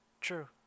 True